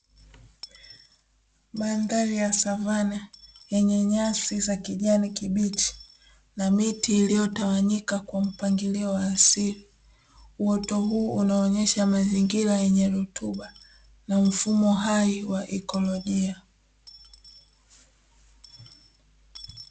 Mandhari ya savana yenye nyasi za kijani kibichi na miti iliyotawanyika kwa mpangilio wa asili. Uoto huu unaonyesha mazingira yenye rutuba na mfumo hai wa ikolojia.